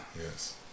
Yes